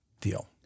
deal